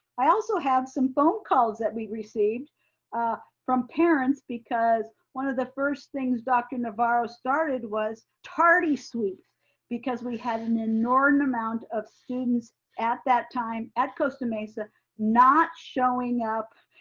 i also have some phone calls that we received from parents because one of the first things dr. navarro started was tardy sweep because we had an inordinate amount of students at that time at costa mesa not showing up.